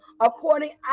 according